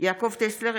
יעקב טסלר,